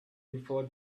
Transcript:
before